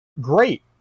great